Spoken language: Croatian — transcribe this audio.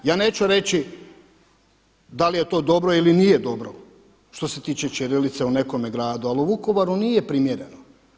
Ja neću reći da li je to dobro ili nije dobro što se tiče ćirilice u nekome gradu, ali u Vukovaru nije primjereno.